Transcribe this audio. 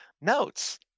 notes